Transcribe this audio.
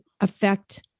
affect